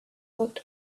looked